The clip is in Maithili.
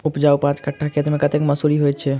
उपजाउ पांच कट्ठा खेत मे कतेक मसूरी होइ छै?